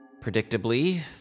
Predictably